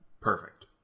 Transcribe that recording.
perfect